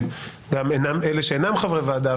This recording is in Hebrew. גם אלה שאינם חברי ועדה,